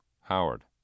Howard